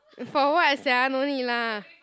for what sia no need lah